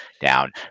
down